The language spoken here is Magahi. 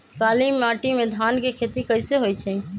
काली माटी में धान के खेती कईसे होइ छइ?